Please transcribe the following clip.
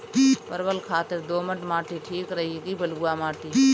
परवल खातिर दोमट माटी ठीक रही कि बलुआ माटी?